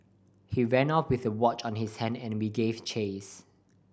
he ran off with the watch on his hand and we gave chase